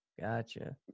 Gotcha